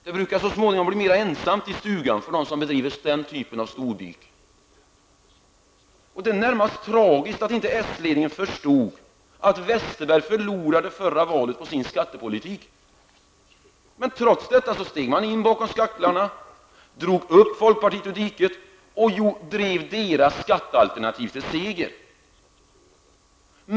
Det brukar så småningom bli ensamt i stugan för dem som ägnar sig åt sådan storbyk. Det är närmast tragiskt att den socialdemokratiska ledningen inte förstod att Bengt Westerberg förlorade förra valet på sin skattepolitik. Trots detta steg man in bakom skaklarna, drog upp folkpartiet ur diket och drev dess skattealternativ till seger.